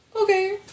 Okay